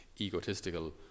egotistical